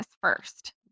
first